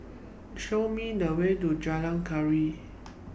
Show Me The Way to Jalan Gaharu